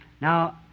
Now